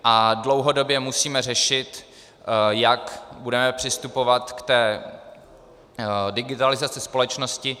A dlouhodobě musíme řešit, jak budeme přistupovat k digitalizaci společnosti.